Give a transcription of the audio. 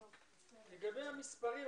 (היו"ר יוסף טייב) לגבי המספרים,